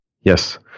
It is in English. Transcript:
Yes